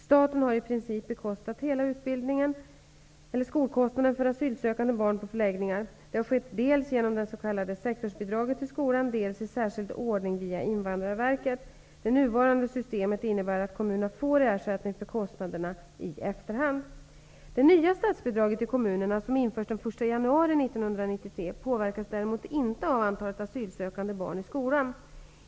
Staten har i princip svarat för hela skolkostnaden för asylsökande barn på förläggningar. Det har skett dels genom det s.k. sektorsbidraget till skolan, dels i särskild ordning via Invandrarverket. Det nuvarande systemet innebär att kommunerna får ersättning för kostnaderna i efterhand. Det nya statsbidraget till kommunerna, som införs den 1 januari 1993, påverkas inte av antalet asylsökande barn i skolan.